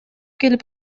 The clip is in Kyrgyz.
келип